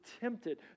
tempted